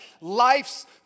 life's